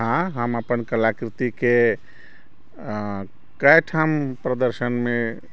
हँ हम अपन कलाकृति के कतेक ठाम प्रदर्शन मे